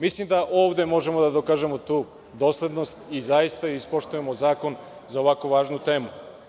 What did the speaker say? Mislim da ovde možemo da dokažemo tu doslednost i zaista ispoštujemo zakon za ovako važnu temu.